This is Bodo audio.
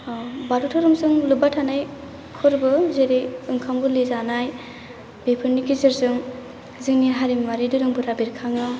बाथौ धोरोमजों लोबबा थानाय फोरबो जेरै ओंखाम गोरलै जानाय बेफोरनि गेजेरजों जोंनि हारिमुवारि फोरबोफोरा बेरखाङो